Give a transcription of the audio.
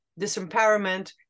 disempowerment